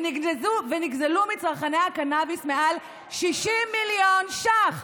ונגזלו מצרכני הקנביס מעל 60 מיליון ש"ח,